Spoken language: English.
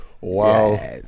wow